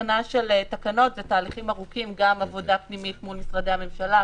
התקנה של תקנות זה תהליכים ארוכים גם עבודה פנימית מול משרדי הממשלה,